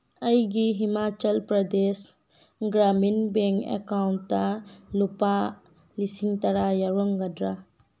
ꯑꯩꯒꯤ ꯍꯤꯃꯥꯆꯜ ꯄ꯭ꯔꯗꯦꯁ ꯒ꯭ꯔꯥꯃꯤꯟ ꯕꯦꯡ ꯑꯦꯀꯥꯎꯟꯗ ꯂꯨꯄꯥ ꯂꯤꯁꯤꯡ ꯇꯔꯥ ꯌꯥꯎꯔꯝꯒꯗ꯭ꯔꯥ